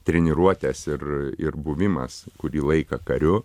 treniruotės ir ir buvimas kurį laiką kariu